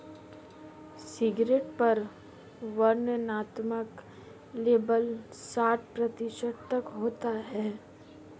cigarette पर वर्णनात्मक label साठ प्रतिशत तक होता है